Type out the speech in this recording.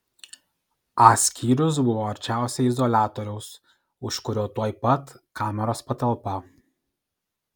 a skyrius buvo arčiausiai izoliatoriaus už kurio tuoj pat kameros patalpa